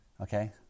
Okay